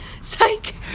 Psych